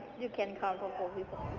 you can come for four people,